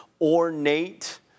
ornate